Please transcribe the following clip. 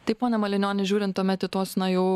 taip pone malinioni žiūrint tuomet į tuos na jau